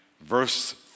Verse